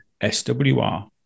swr